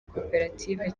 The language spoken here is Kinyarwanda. koperative